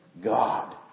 God